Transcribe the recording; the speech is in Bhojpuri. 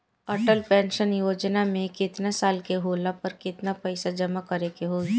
अटल पेंशन योजना मे केतना साल के होला पर केतना पईसा जमा करे के होई?